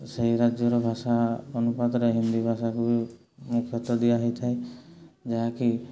ସେହି ରାଜ୍ୟର ଭାଷା ଅନୁପାତରେ ହିନ୍ଦୀ ଭାଷାକୁ ବି ମୁଖ୍ୟତଃ ଦିଆ ହେଇଥାଏ ଯାହାକି